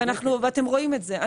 ואתם רואים את זה,